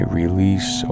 release